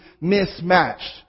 mismatched